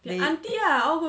they